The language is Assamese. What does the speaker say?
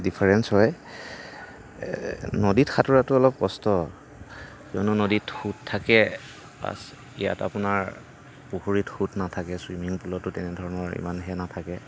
ডিফাৰেন্স হয় নদীত সাঁতোৰাতো অলপ কষ্ট কিয়নো নদীত সোঁত থাকে প্লাছ ইয়াত আপোনাৰ পুখুৰীত সোঁত নাথাকে ছুইমিং পুলতো তেনেধৰণৰ ইমান সেই নাথাকে